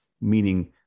meaning